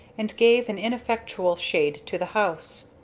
and gave an ineffectual shade to the house.